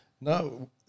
No